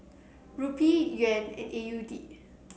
Rupee Yuan and A U D